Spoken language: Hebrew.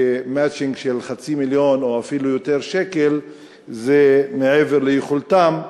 שמצ'ינג של חצי מיליון שקל או אפילו יותר זה מעבר ליכולתן.